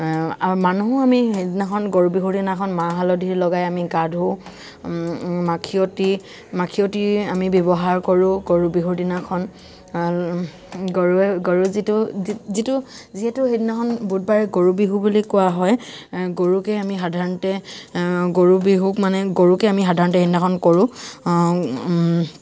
আৰু মানুহো আমি সেইদিনাখন গৰু বিহু দিনাখন মাহ হালধি লগাই আমি গা ধু মাখিয়তী মাখিয়তী আমি ব্যৱহাৰ কৰো গৰু বিহুৰ দিনাখন গৰুয়ে গৰুৰ যিটো যিটো যিহেতু সেইদিনাখন বুধবাৰে গৰু বিহু বুলি কোৱা হয় গৰুকে আমি সাধাৰণতে গৰু বিহুক মানে গৰুকে আমি সাধাৰণতে সেইদিনাখন কৰো